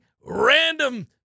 random